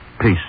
Peace